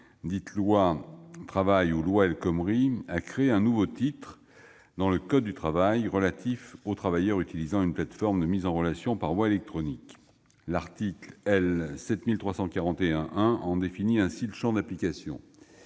dite « loi Travail » ou « loi El Khomri », a créé au nouveau titre dans le code du travail, relatif aux travailleurs utilisant une plateforme de mise en relation par voie électronique. L'article L. 7341-1 en définit ainsi le champ d'application